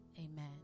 Amen